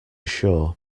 shore